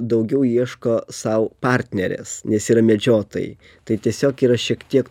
daugiau ieško sau partnerės nes yra medžiotojai tai tiesiog yra šiek tiek